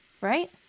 right